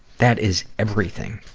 that is everything.